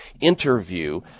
interview